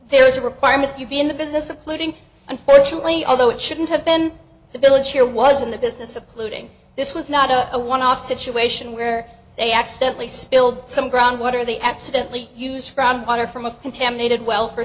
there is a requirement to be in the business of polluting unfortunately although it shouldn't have been the village here was in the business of polluting this was not a a one off situation where they accidentally spilled some ground water they accidently used ground water from a contaminated well for